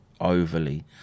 overly